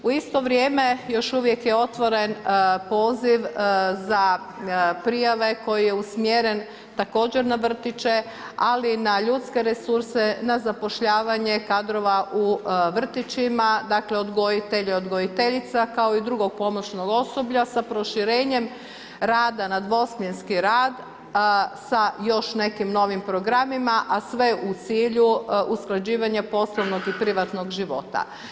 U isto vrijeme još uvijek je otvoren poziv za prijave koji je usmjeren također na vrtiće, ali i na ljudske resurse, na zapošljavanje kadrova u vrtićima, dakle odgojitelje i odgojiteljica kao i drugog pomoćnog osoblja sa proširenjem rada na dvosmjenski rad sa još nekim novim programima, a sve u cilju usklađivanja poslovnog i privatnog života.